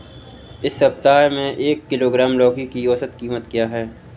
इस सप्ताह में एक किलोग्राम लौकी की औसत कीमत क्या है?